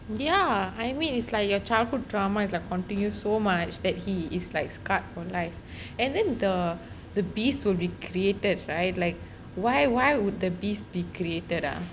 ya I mean its like your childhood drama is like continue so much that he is like scarred for life and then the the beast would be recreated right like why why would the beast be created ah